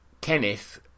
Kenneth